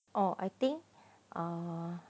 oh I think uh